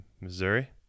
Missouri